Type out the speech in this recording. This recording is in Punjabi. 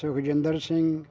ਸੁਖਜਿੰਦਰ ਸਿੰਘ